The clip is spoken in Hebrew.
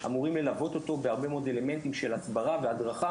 אמורים ללוות אותו בהרבה מאוד אלמנטים של הסברה והדרכה